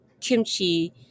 kimchi